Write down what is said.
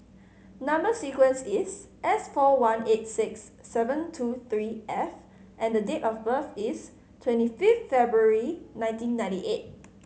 number sequence is S four one eight six seven two three F and the date of birth is twenty fifth February nineteen ninety eight